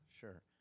Sure